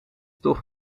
toch